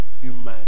human